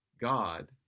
God